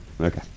Okay